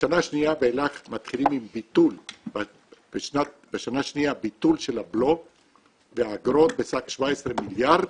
בשנה השנייה ואילך מתחילים עם ביטול של הבלו ואגרות בסך 17 מיליארד,